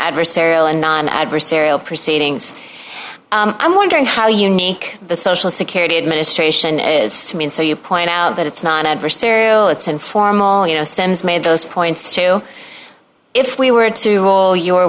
adversarial and non adversarial proceedings i'm wondering how unique the social security administration is to me and so you point out that it's not adversarial it's informal you know sems made those points to if we were to haul your